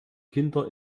kinder